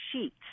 sheets